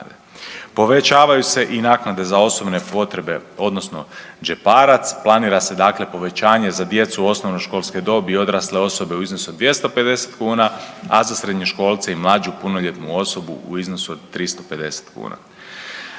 Povećavaju se i naknade za osobne potrebe, odnosno džeparac, planira se dakle povećanje za djecu osnovnoškolske dobi odrasle osobe za u iznosu od 250 kuna, a za srednjoškolce i mlađu punoljetnu osobu u iznosu od 350 kuna.